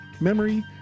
memory